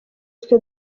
twe